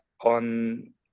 on